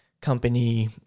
company